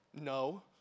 No